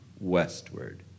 westward